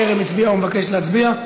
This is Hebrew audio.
טרם הצביע ומבקש להצביע?